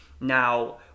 Now